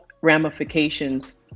ramifications